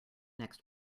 next